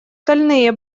стальные